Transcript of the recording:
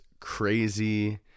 crazy